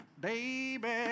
Baby